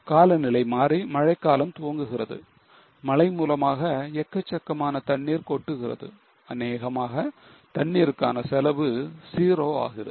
காலநிலை மாறி மழை காலம் துவங்குகிறது மழை மூலமாக எக்கச்சக்கமான தண்ணீர் கொட்டுகிறது அனேகமாக தண்ணீருக்கான செலவு 0 ஆகிறது